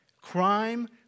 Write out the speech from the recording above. crime